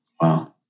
Wow